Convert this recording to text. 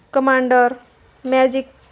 commander magic